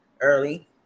early